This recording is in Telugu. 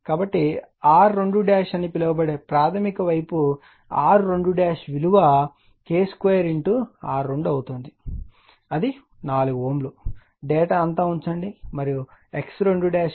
కాబట్టి R2అని పిలవబడే ప్రాధమిక వైపు R2 విలువ K 2 R2 అవుతుంది అది 4 Ω డేటా అంతా ఉంచండి మరియు X2విలువ K 2 X2 గా ఉంటుంది